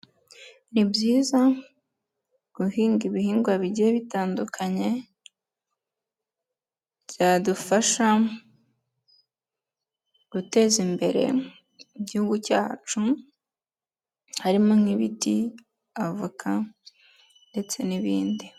Ni byiza guhinga ibihingwa bigiye bitandukanye byadufasha mu guteza imbere Igihugu cyacu, harimo nk'ibiti, avoka ndetse n'ibindi.